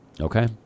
Okay